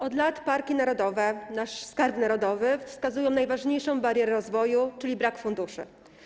Od lat parki narodowe, nasz skarb narodowy, wskazują najważniejszą barierę rozwoju, czyli brak funduszy.